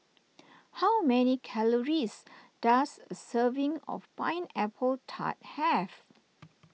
how many calories does a serving of Pineapple Tart have